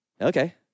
okay